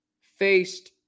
faced